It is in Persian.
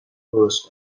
درست